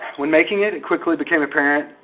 when making it, it quickly became apparent,